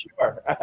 sure